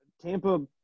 Tampa